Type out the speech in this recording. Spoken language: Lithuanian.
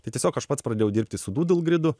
tai tiesiog aš pats pradėjau dirbti su dūdl gridu